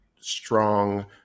strong